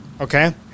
okay